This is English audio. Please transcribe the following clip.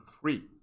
three